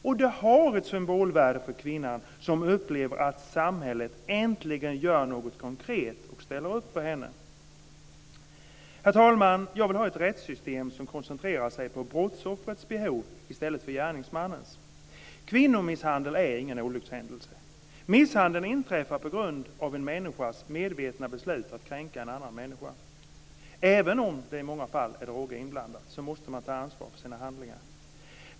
Och det har ett symbolvärde för kvinnan, som upplever att samhället äntligen gör något konkret och ställer upp för henne. Herr talman! Jag vill ha ett rättssystem som koncentrerar sig på brottsoffrets behov i stället för gärningsmannens. Kvinnomisshandel är ingen olyckshändelse. Misshandeln inträffar på grund av en människas medvetna beslut att kränka en annan människa. Även om det i många fall är droger inblandade måste man ta ansvar för sina handlingar.